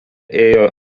ėjo